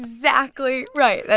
exactly right. yeah